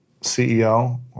CEO